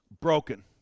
broken